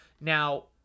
Now